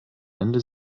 ende